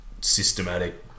systematic